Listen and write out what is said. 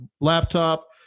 laptop